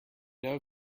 know